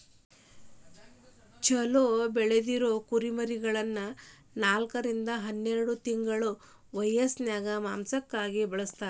ಚೊಲೋ ಬೆಳದಿರೊ ಕುರಿಮರಿಗಳನ್ನ ನಾಲ್ಕರಿಂದ ಹನ್ನೆರಡ್ ತಿಂಗಳ ವ್ಯಸನ್ಯಾಗ ಮಾಂಸಕ್ಕಾಗಿ ಕೊಲ್ಲತಾರ